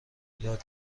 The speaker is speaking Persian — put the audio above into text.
یاد